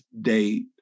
date